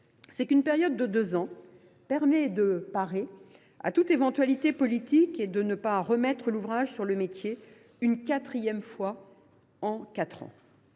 c’est qu’une période de deux ans permet de parer à toute éventualité politique et de ne pas remettre l’ouvrage sur le métier une quatrième fois en quatre ans.